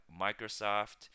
Microsoft